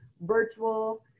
virtual